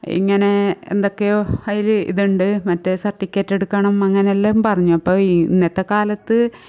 ഇങ്ങനെ എന്തോക്കയോ അതിൽ ഇതണ്ട് മറ്റേ സർട്ടിഫിക്കറ്റെടുക്കണം അങ്ങനെ എല്ലാം പറഞ്ഞു അപ്പം ഇന്നത്തെ കാലത്ത്